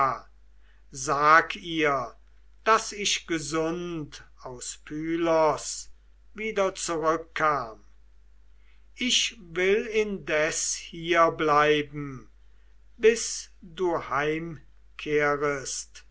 sag ihr daß ich gesund aus pylos wieder zurückkam ich will indes hier bleiben bis du